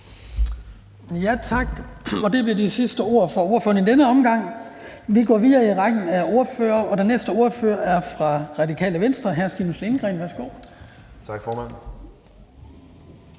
Tak. Det blev de sidste ord fra ordføreren i denne omgang. Vi går videre i rækken af ordførere, og den næste ordfører er fra Radikale Venstre. Hr. Stinus Lindgreen, værsgo. Kl.